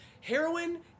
heroin